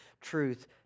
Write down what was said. truth